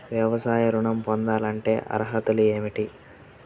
వ్యవసాయ ఋణం పొందాలంటే అర్హతలు ఏమిటి?